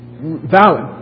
valid